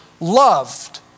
loved